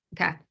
Okay